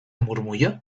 murmullo